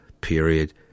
period